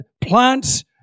plants